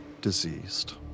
diseased